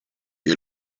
der